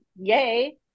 yay